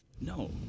no